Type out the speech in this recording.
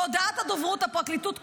בהודעת הדוברות הפרקליטות כותבת,